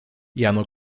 jano